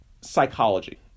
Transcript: psychology